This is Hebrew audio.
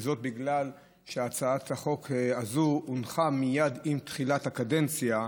וזאת בגלל שהצעת החוק הזאת הונחה מייד עם תחילת הקדנציה,